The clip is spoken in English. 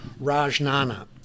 Rajnana